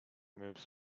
moves